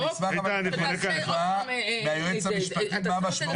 אני אשמח אבל לשמוע מהיועץ המשפטי מה המשמעות.